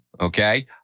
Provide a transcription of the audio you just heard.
okay